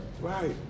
Right